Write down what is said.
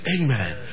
Amen